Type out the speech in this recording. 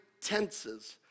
tenses